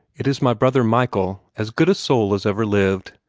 it is my brother michael, as good a soul as ever lived.